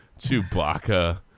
Chewbacca